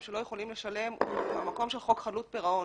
שלא יכולים לשלם הוא המקום של חוק חדלות פירעון,